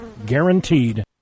Guaranteed